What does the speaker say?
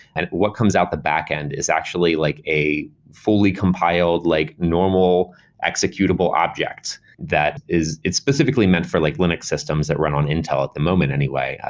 and what comes out the backend is actually like a fully compiled, like normal executable object that it's specifically meant for like linux systems that run on intel at the moment anyway.